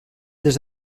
des